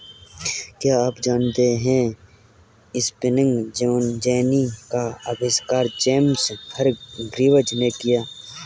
क्या आप जानते है स्पिनिंग जेनी का आविष्कार जेम्स हरग्रीव्ज ने किया?